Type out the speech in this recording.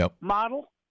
model